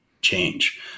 change